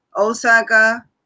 Osaka